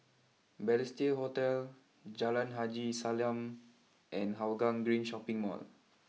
Balestier Hotel Jalan Haji Salam and Hougang Green Shopping Mall